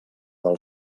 del